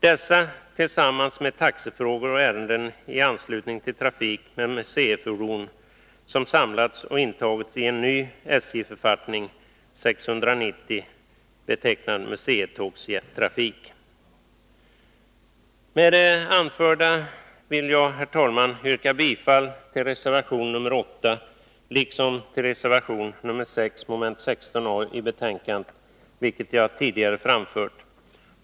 Dessa — tillsammans med taxefrågor och ärenden i anslutning till trafik med Med det anförda vill jag, herr talman, yrka bifall till reservation nr 8 liksom till reservation nr 6, moment 16 a, som är fogade till betänkandet, vilket jag tidigare framfört.